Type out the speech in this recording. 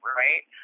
right